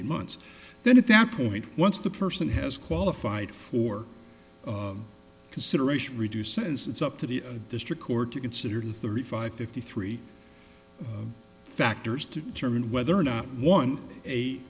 eight months then at that point once the person has qualified for consideration reduced says it's up to the district court to consider thirty five fifty three factors to determine whether or not one a